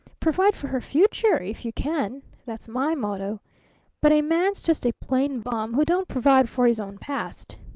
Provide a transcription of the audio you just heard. provide for her future if you can that's my motto but a man's just a plain bum who don't provide for his own past!